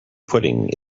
pudding